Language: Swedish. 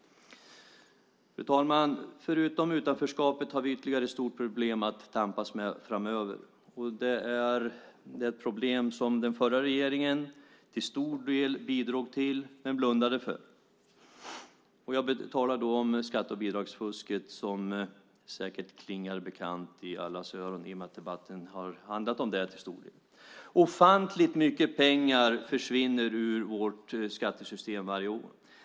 Fru talman! Förutom utanförskapet har vi ett stort problem att tampas med framöver. Det är det problem som den förra regeringen till stor del bidrog till men blundade för. Jag talar om skatte och bidragsfusket. Det klingar säkert bekant i allas öron eftersom debatten till stor del har handlat om det. Ofantligt mycket pengar försvinner ur vårt skattesystem varje år.